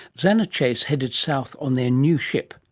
zanna chase headed south on their new ship,